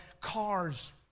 cars